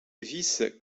vice